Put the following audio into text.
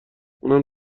اونم